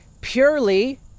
purely